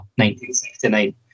1969